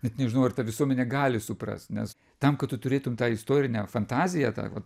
net nežinau ar ta visuomenė gali suprast nes tam kad tu turėtum tą istorinę fantaziją tą vat